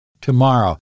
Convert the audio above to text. tomorrow